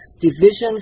divisions